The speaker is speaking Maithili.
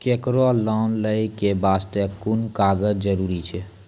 केकरो लोन लै के बास्ते कुन कागज जरूरी छै?